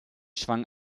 schwang